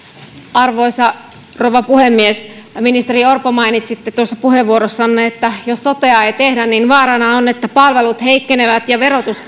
arvoisa rouva puhemies ministeri orpo mainitsitte puheenvuorossanne että jos sotea ei tehdä niin vaarana on että palvelut heikkenevät ja verotus